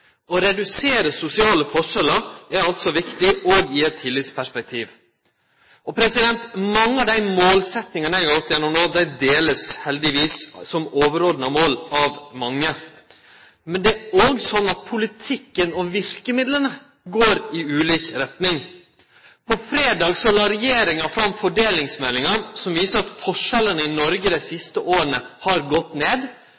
Å redusere sosiale forskjellar er altså viktig òg i eit tillitsperspektiv. Mange av dei målsetjingane eg har gått igjennom no, er heldigvis overordna mål for mange. Men det er òg sånn at politikken og verkemidla går i ulik retning. På fredag la regjeringa fram fordelingsmeldinga, som viser at forskjellane i Noreg dei